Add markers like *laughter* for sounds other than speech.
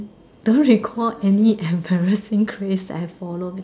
I don't recall any embarrassing *laughs* crave I follow because